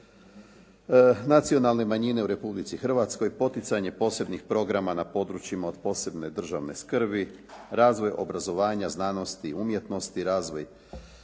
nacionalne manjine u Republici Hrvatskoj, poticanje posebnih programa na područjima od posebne državne skrbi, razvoj obrazovanja, znanosti i umjetnosti, razvoj